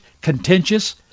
contentious